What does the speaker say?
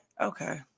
okay